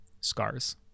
scars